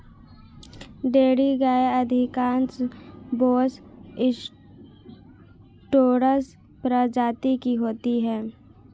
dairy गायें अधिकांश Bos taurus प्रजाति की होती हैं